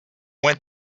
went